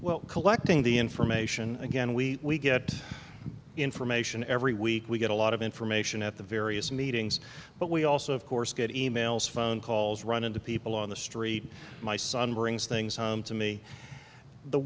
well collecting the information again we get information every week we get a lot of information at the various meetings but we also of course get e mails phone calls run into people on the street my son brings things home to me the